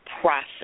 process